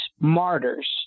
martyrs